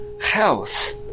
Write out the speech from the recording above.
health